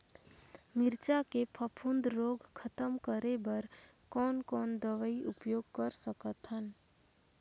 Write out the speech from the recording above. मिरचा के फफूंद रोग खतम करे बर कौन कौन दवई उपयोग कर सकत हन?